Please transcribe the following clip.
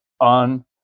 on